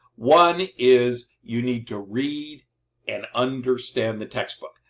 one is you need to read and understand the textbook.